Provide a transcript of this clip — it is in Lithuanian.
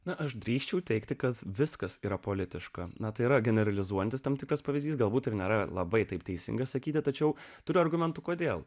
na aš drįsčiau teigti kad viskas yra politiška na tai yra generalizuojantis tam tikras pavyzdys galbūt ir nėra labai taip teisinga sakyti tačiau turiu argumentų kodėl